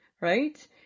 right